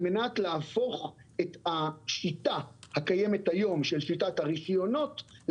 על מנת להפוך את השיטה הקיימת היום של שיטת הרישיונות,